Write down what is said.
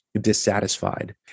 dissatisfied